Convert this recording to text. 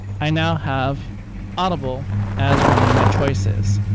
i now have audible as one of my choices.